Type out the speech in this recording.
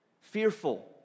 Fearful